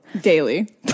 Daily